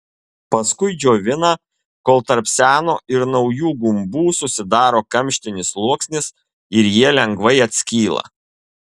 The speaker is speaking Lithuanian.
paskui džiovina kol tarp seno ir naujų gumbų susidaro kamštinis sluoksnis ir jie lengvai atskyla